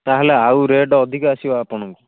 ତା'ହେଲେ ଆଉ ରେଟ୍ ଅଧିକ ଆସିବ ଆପଣଙ୍କୁ